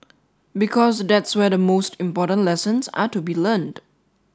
because that's where the most important lessons are to be learnt